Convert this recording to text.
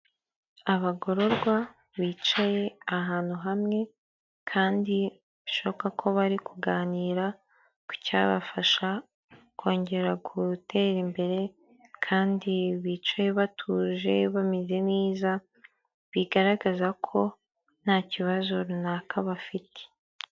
Abagororwa bicaye ahantu hamwe kandi bishoboka ko bari kuganira ku cyabafasha, kongera gutera imbere kandi bicaye batuje bameze neza bigaragaza ko ntaki kibazo runaka bafite.